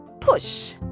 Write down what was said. push